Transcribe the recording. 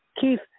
Keith